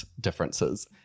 differences